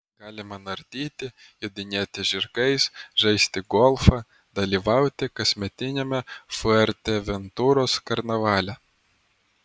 galima nardyti jodinėti žirgais žaisti golfą dalyvauti kasmetiniame fuerteventuros karnavale